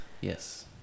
Yes